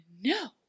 no